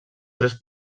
tres